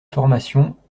formations